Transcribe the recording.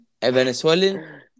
Venezuelan